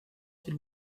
s’il